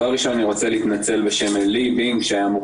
דבר ראשון אני רוצה להתנצל בשם עלי בינג שהיה אמור